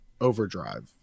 overdrive